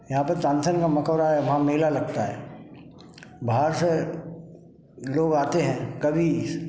यहाँ पर तानसेन का मकबरा है वहाँ मेला लगता है बाहर से लोग आते हैं कभी